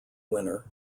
winner